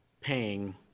paying